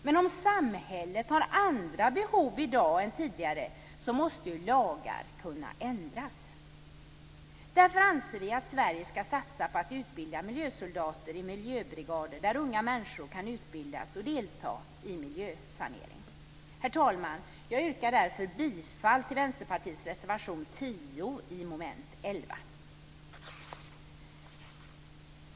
Men om samhället har andra behov i dag än tidigare måste ju lagar kunna ändras. Därför anser vi att Sverige skall satsa på att utbilda miljösoldater i miljöbrigader så att unga människor kan utbildas och delta i miljösanering. Herr talman! Jag yrkar därför bifall till Vänsterpartiets reservation 10 under mom. 11.